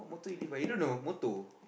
thought you live by you don't know motor